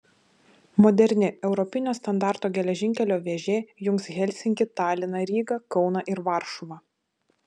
moderni europinio standarto geležinkelio vėžė jungs helsinkį taliną rygą kauną ir varšuvą